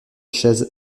chaises